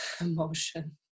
emotion